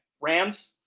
Rams